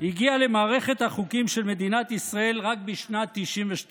הגיע למערכת החוקים של מדינת ישראל רק בשנת 1992,